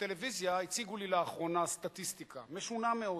בטלוויזיה הציגו לי לאחרונה סטטיסטיקה משונה מאוד.